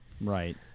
Right